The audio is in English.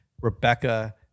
Rebecca